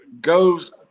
goes